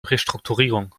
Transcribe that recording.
restrukturierung